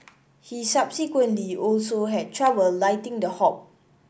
he subsequently also had trouble lighting the hob